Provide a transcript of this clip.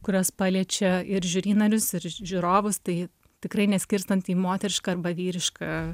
kurios paliečia ir žiuri narius ir žiūrovus tai tikrai neskirstant į moterišką arba vyrišką